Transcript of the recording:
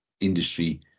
industry